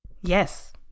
Yes